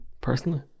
personally